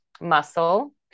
muscle